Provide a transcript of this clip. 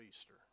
Easter